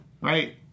right